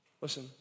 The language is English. listen